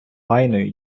файної